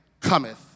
cometh